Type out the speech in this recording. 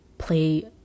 play